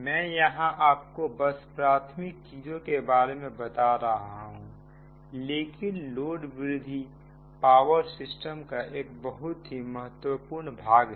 मैं यहां आपको बस प्राथमिक चीजों के बारे में बता रहा हूं लेकिन लोड वृद्धि पावर सिस्टम का एक बहुत ही महत्वपूर्ण भाग है